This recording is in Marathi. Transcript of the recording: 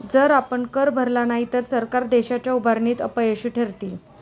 जर आपण कर भरला नाही तर सरकार देशाच्या उभारणीत अपयशी ठरतील